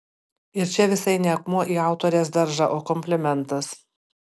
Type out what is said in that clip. ir čia visai ne akmuo į autorės daržą o komplimentas